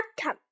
outcome